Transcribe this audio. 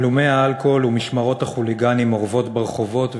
הלומי-האלכוהול ומשמרות החוליגנים אורבים ברחובות,